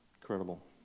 Incredible